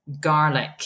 Garlic